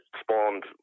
spawned